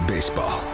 Baseball